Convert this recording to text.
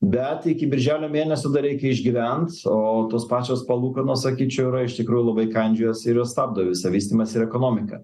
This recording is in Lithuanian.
bet iki birželio mėnesio dar reikia išgyvent o tos pačios palūkanos sakyčiau yra iš tikrųjų labai kandžiojas ir jos stabdo visą vystymąsi ir ekonomiką